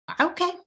okay